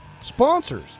Sponsors